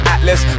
Atlas